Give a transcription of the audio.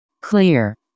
Clear